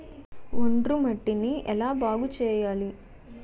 ఒండ్రు మట్టిని ఎలా బాగుంది చేయాలి?